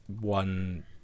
one